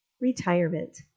Retirement